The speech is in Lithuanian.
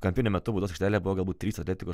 kampinio metu baudos aikštelėje buvo galbūt trys atletico